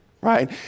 right